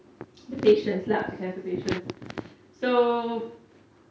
the patients lah the cancer patients so